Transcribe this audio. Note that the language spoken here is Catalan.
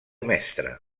mestre